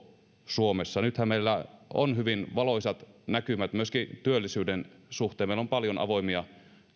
suomessa nythän meillä on hyvin valoisat näkymät myöskin työllisyyden suhteen meillä on paljon avoimia